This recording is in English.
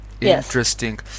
Interesting